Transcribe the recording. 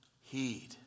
heed